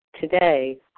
today